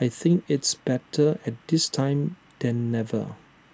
I think it's better at this time than never